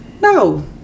No